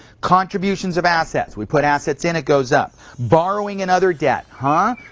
contributions of assets. we put assets in, it goes up. borrowing another debt. huh?